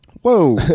whoa